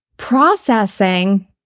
processing